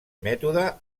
mètode